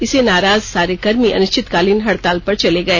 इससे नाराज सारे कर्मी अनिश्चितकालीन हड़ताल पर चले गए